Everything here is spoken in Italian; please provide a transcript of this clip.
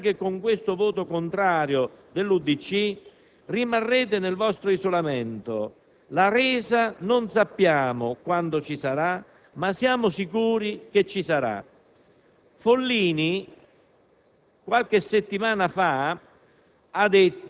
Siete soli contro gli italiani e, anche con questo voto contrario dell'UDC, rimarrete nel vostro isolamento. Non sappiamo quando ci sarà la resa, ma siamo sicuri che avverrà.